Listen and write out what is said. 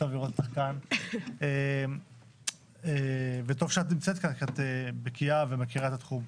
טוב לראות אותך כאן וטוב שאת נמצאת כאן כי את בקיאה ומכירה את התחום.